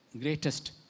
greatest